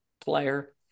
player